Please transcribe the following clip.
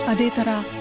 ah detail.